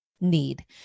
need